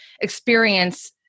experience